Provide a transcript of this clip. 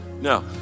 No